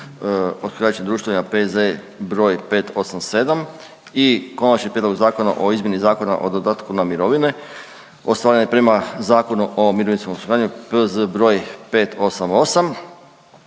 osiguravajućim društvima, P.Z.E. br. 587. i Konačni prijedlog zakona o izmjeni Zakona o dodatku na mirovine ostvarene prema Zakonu o mirovinskom osiguranju, P.Z. br. 588.,